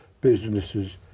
businesses